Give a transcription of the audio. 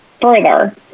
further